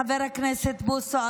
חבר הכנסת בוסו,